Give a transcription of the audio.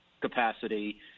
capacity